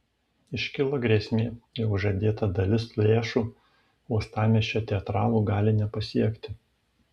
iškilo grėsmė jog žadėta dalis lėšų uostamiesčio teatralų gali nepasiekti